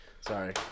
Sorry